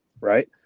right